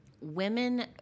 women